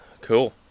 cool